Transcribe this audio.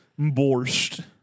Borscht